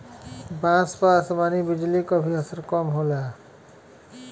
बांस पर आसमानी बिजली क भी असर कम होला